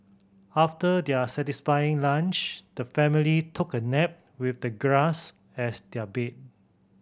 after their satisfying lunch the family took a nap with the grass as their bed